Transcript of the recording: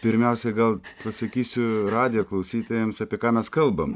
pirmiausia gal pasakysiu radijo klausytojams apie ką mes kalbam